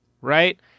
right